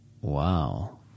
wow